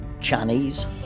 Chinese